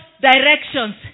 directions